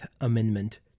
Amendment